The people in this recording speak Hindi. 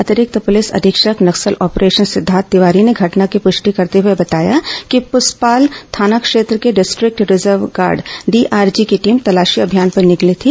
अतिरिक्त पुलिस अधीक्षक नक्सल ऑपरेशन सिद्धार्थ तिवारी ने घटना की पृष्टि करते हुए बताया कि पूसपाल थाना क्षेत्र से डिस्ट्रिक्ट रिजर्व गार्ड डीआरजी की टीम तलाशी अभियान पर निकली थी